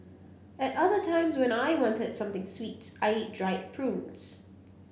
at other times when I wanted something sweet I eat dried prunes